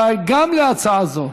רבותיי, גם להצעת החוק הזאת